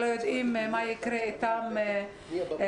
הן לא יודעות מה יקרה איתן מחר.